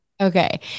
Okay